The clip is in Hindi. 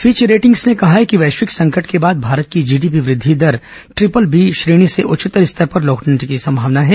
फिच रेटिंग्स ने कहा है कि वैश्विक संकट के बाद भारत की जीडीपी वृद्धि दर ट्रिपल बी श्रेणी से उच्चतर स्तर पर लौटने की संभावना है